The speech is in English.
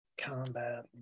Combat